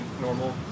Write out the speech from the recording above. normal